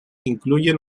incluyen